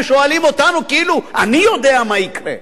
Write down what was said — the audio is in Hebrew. ושואלים אותנו, כאילו אני יודע מה יקרה.